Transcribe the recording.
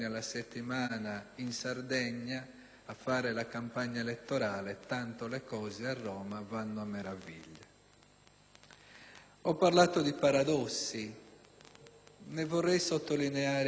Ho parlato di paradossi. Ne vorrei sottolineare uno in maniera molto esplicita.